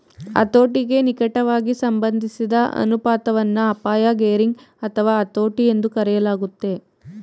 ಹತೋಟಿಗೆ ನಿಕಟವಾಗಿ ಸಂಬಂಧಿಸಿದ ಅನುಪಾತವನ್ನ ಅಪಾಯ ಗೇರಿಂಗ್ ಅಥವಾ ಹತೋಟಿ ಎಂದೂ ಕರೆಯಲಾಗುತ್ತೆ